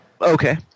Okay